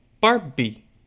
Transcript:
Barbie